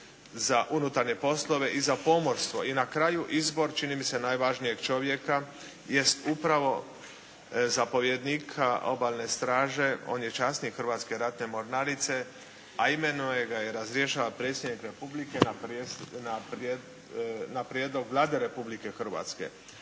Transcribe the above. za unutarnje poslove i za pomorstvo. I na kraju izbor, čini mi se najvažnije čovjeka jest upravo zapovjednika Obalne straže, on je časnik Hrvatske ratne mornarice, a imenuje ga i razrješava predsjednik Republike na prijedlog Vlade Republike Hrvatske.